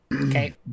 okay